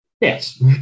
Yes